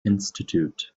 institute